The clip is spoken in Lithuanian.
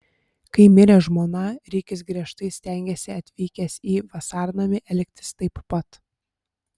kai mirė žmona rikis griežtai stengėsi atvykęs į vasarnamį elgtis taip pat